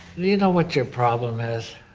you know what your problem is?